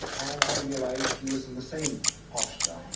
and i realised he was in the same posture,